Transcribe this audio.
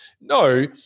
no